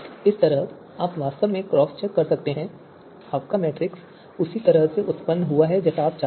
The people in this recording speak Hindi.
इस तरह आप वास्तव में क्रॉस चेक कर सकते हैं कि आपका मैट्रिक्स उसी तरह से उत्पन्न हुआ है जैसा आप चाहते थे